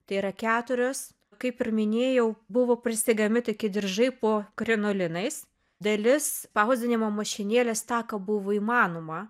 tai yra keturios kaip ir minėjau buvo prisegami tokie diržai po krinolinais dalis spausdinimo mašinėlės tą ką buvo įmanoma